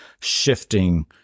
shifting